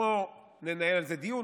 בוא ננהל על זה דיון,